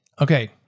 Okay